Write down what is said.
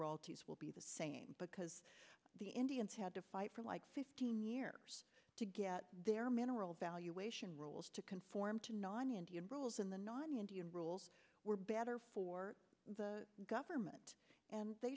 us will be the same because the indians had to fight for like fifteen years to get their mineral valuation rules to conform to non indian rules in the non indian rules were better for the government and they